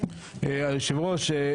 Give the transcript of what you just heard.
היושב ראש,